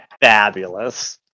Fabulous